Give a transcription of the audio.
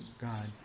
God